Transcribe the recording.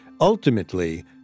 Ultimately